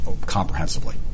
comprehensively